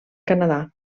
canadà